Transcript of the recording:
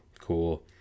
cool